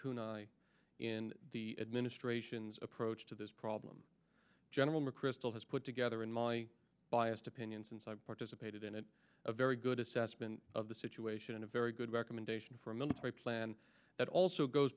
in the administration's approach to this problem general mcchrystal has put together in my biased opinion since i participated in it a very good assessment of the situation and a very good recommendation for a military plan that also goes